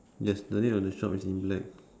yes the name on the shop is in black